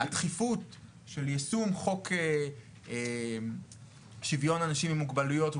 הדחיפות של יישום חוק שוויון אנשים עם מוגבלויות,